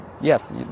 yes